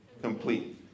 complete